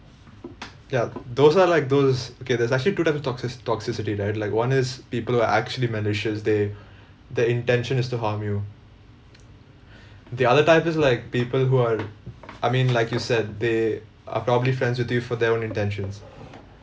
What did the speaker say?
ya those are like those okay there's actually two types of toxi~ toxicity right like one is people who're actually malicious they their intention is to harm you the other type is like people who are I mean like you said they are probably friends with you for their own intentions